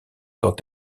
quand